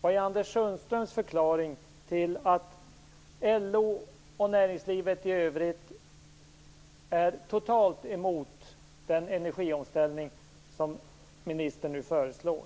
Vad är Anders Sundströms förklaring till att LO och näringslivet är så totalt emot den energiomställning som ministern nu föreslår?